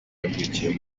yavukiye